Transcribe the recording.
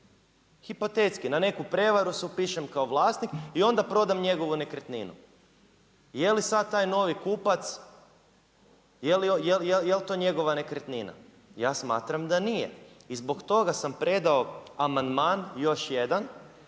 hipotetski na neku prevaru se upišem kao vlasnik i onda prodam njegovu nekretninu. Je li sad taj novi kupac, jel' to njegova nekretnina? Ja smatram da nije. I zbog toga sam predao amandman još jedan